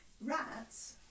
rats